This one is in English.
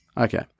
Okay